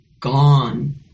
Gone